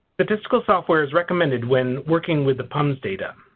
statistical software is recommended when working with the pums data.